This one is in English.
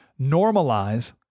normalize